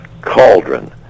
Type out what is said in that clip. cauldron